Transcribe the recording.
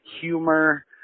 humor